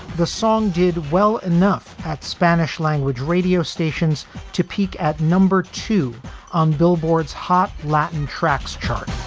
the song did well enough at spanish language radio stations to peak at number two on billboard's hot latin tracks chart